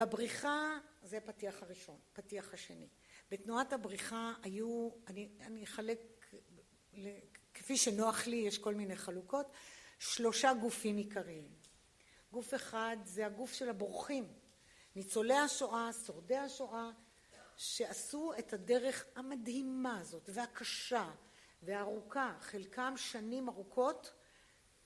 הבריחה זה פתיח הראשון, פתיח השני, בתנועת הבריחה היו, אני אחלק כפי שנוח לי יש כל מיני חלוקות, שלושה גופים עיקריים. גוף אחד זה הגוף של הבורחים, ניצולי השואה, שורדי השואה, שעשו את הדרך המדהימה הזאת והקשה, והארוכה, חלקם שנים ארוכות